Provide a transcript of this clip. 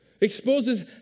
exposes